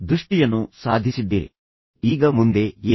ಆದ್ದರಿಂದ ಆಕೆಗೆ ಇದನ್ನು ಅರ್ಥಮಾಡಿಕೊಳ್ಳುವಂತೆ ಮಾಡಿ